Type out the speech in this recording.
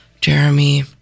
Jeremy